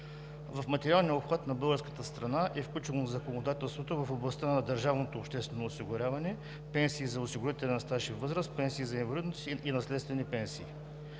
В материалния обхват от българска страна е включено законодателството в областта на държавното обществено осигуряване – пенсии за осигурителен стаж и възраст, пенсии за инвалидност и наследствени пенсии.